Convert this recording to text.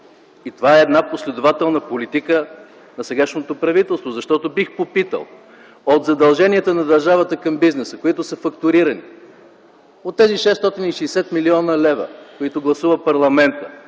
И това е една последователна политика на сегашното правителство. Защото бих попитал – от задълженията на държавата към бизнеса, които са фактурирани, от тези 660 млн. лв., които гласува парламентът